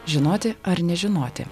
žinoti ar nežinoti